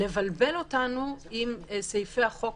לבלבל אותנו עם סעיפי החוק,